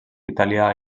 italià